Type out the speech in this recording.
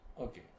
Okay